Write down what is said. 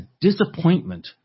disappointment